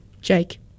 Jake